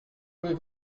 avez